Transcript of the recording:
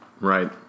Right